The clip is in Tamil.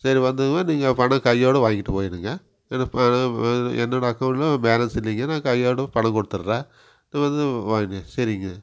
சரி வந்ததுமே நீங்கள் பணம் கையோட வாங்கிகிட்டு போயிவிடுங்க என்னோட பணம் அது என்னோட அக்கவுண்ட்டில் பேலன்ஸ் நீங்கள் தான் கையோடு பணம் கொடுத்துட்றேன் அது வந்து வாய்ங்கங்க சரிங்க